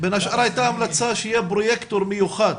גם המלצה שיהיה פרויקטור מיוחד